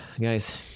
guys